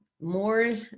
more